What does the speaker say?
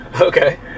Okay